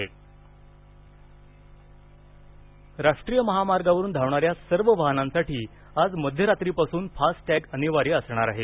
FASTag राष्ट्रीय महामार्गावरून धावणाऱ्या सर्व वाहनांसाठी आज मध्यरात्री पासून फास्ट टॅग अनिवार्य असणार आहे